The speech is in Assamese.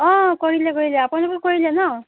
অঁ কৰিলে কৰিলে আপোনালোকৰ কৰিলে ন